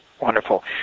Wonderful